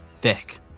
thick